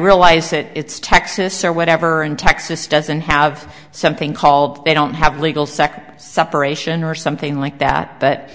realize it's texas or whatever and texas doesn't have something called they don't have legal second separation or something like that but